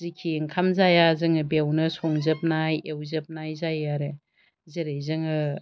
जिखि ओंखाम जाया जोङो बेवनो संजोबनाय एवजोबनाय जायो आरो जेरै जोङो